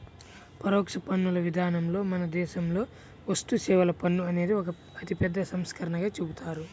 పరోక్ష పన్నుల విధానంలో మన దేశంలో వస్తుసేవల పన్ను అనేది ఒక అతిపెద్ద సంస్కరణగా చెబుతారు